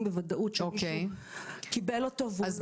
בוודאות שמישהו קיבל אותו והוא לא מוזנח.